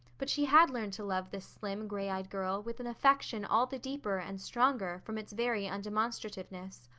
but she had learned to love this slim, gray-eyed girl with an affection all the deeper and stronger from its very undemonstrativeness.